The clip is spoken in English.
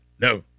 No